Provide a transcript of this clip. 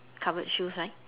covered shoes right